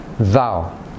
Thou